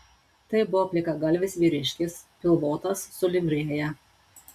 tai buvo plikagalvis vyriškis pilvotas su livrėja